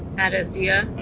add as via?